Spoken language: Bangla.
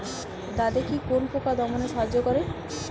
দাদেকি কোন পোকা দমনে সাহায্য করে?